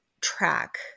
track